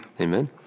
Amen